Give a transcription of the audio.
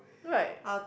right